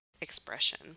expression